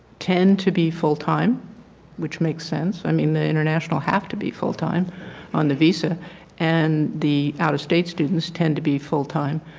tend to be full-time which makes sense. i mean the international have to be full-time on the visa and the out-of-state students tend to be full time